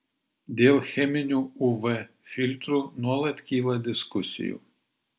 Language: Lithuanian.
dėl cheminių uv filtrų nuolat kyla diskusijų